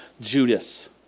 Judas